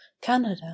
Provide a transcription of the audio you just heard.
Canada